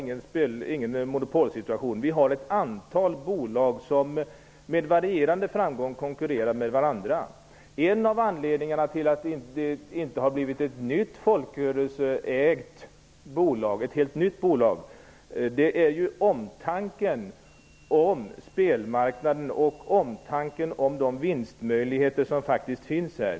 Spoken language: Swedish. Det finns ett antal bolag, som med varierande framgång konkurrerar med varandra. En av anledningarna till att det inte har blivit ett helt nytt bolag är omtanken om spelmarknaden och omtanken om de vinstmöjligheter som finns här.